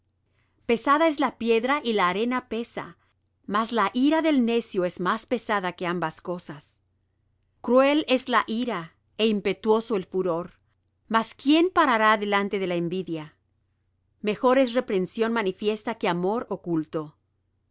pesada es la piedra y la arena pesa mas la ira del necio es más pesada que ambas cosas cruel es la ira é impetuoso el furor mas quién parará delante de la envidia mejor es reprensión manifiesta que amor oculto